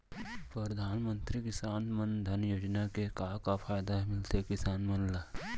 परधानमंतरी किसान मन धन योजना के का का फायदा मिलथे किसान मन ला?